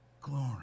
glory